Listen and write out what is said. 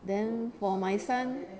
then for my son